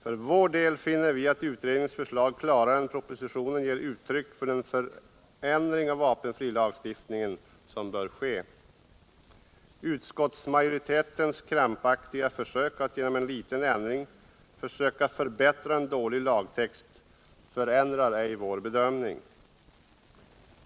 För vår del finner vi att utredningens förslag klarare än propositionens ger uttryck för den förändring av vapenfrilagstiftningen som bör ske. Utskottsmajoritetens krampaktiga försök att genom en liten ändring försöka förbättra en dålig lagtext förändrar ej vår bedömning.